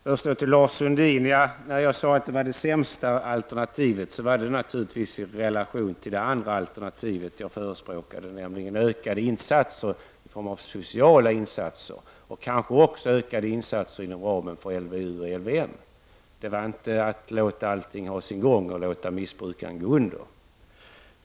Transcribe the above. Herr talman! Först vill jag säga till Lars Sundin, att när jag sade att fängelse var det sämsta alternativet var det naturligtvis i relation till det andra alternativet som jag förespråkade, nämligen ökade sociala insatser, och kanske också ökade insatser inom ramen för LVU och LVM. Det var inte fråga om att låta allting ha sin gång och låta missbrukaren gå under.